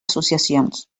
associacions